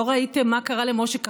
לא ראיתם מה קרה למשה כחלון,